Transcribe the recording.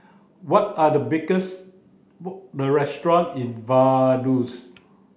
what are the restaurants in Vaduz